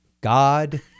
God